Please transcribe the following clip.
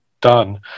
done